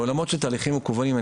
בעולמות של תהליכים מקוונים,